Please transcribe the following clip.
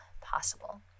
possible